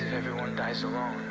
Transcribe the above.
everyone dies alone